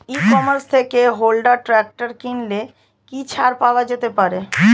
ই commerce থেকে Honda tractor কিনলে কি ছাড় পাওয়া যেতে পারে?